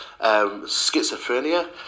Schizophrenia